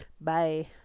Bye